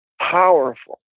powerful